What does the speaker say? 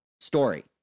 story